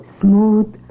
Smooth